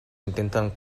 intenten